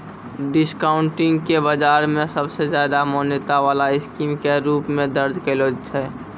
discounting के बाजार मे सबसे ज्यादा मान्यता वाला स्कीम के रूप मे दर्ज कैलो छै